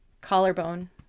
Collarbone